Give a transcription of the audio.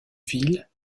ville